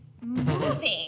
moving